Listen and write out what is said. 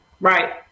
Right